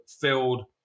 filled